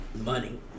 money